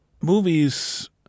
movies